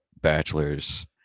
bachelor's